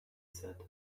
said